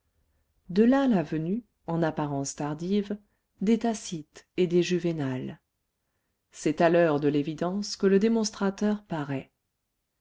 de là la venue en apparence tardive des tacite et des juvénal c'est à l'heure de l'évidence que le démonstrateur paraît